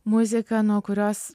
muzika nuo kurios